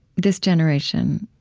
this generation,